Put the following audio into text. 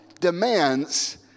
demands